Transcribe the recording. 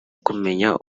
kumenya